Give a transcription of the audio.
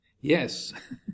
yes